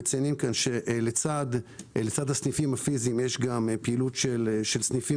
לצד הסניפים הפיזיים יש גם פעילות של סניפים